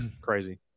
crazy